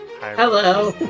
Hello